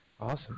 awesome